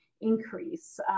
increase